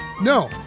No